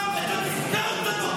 מתבייש?